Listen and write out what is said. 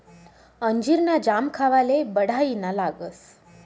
अंजीर ना जाम खावाले बढाईना लागस